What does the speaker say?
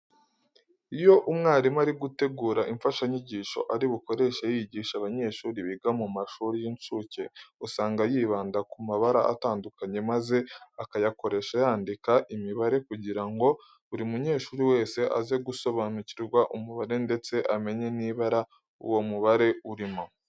Iyo umwarimu ari gutegura imfashanyigisho ari bukoreshe yigisha abanyeshuri biga mu mashuri y'incuke usanga yibanda ku mabara atandukanye maze akayakoresha yandika imibare kugira ngo buri munyeshuri wese aze gusobanukirwa umubare ndetse amenye n'ibara uwo mubare urimo.